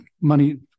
money